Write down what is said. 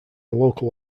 local